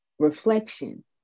reflection